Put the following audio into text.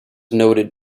noted